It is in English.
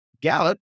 Gallup